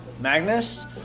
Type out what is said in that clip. Magnus